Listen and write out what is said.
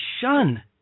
shun